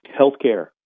healthcare